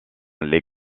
les